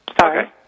sorry